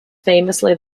famously